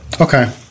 Okay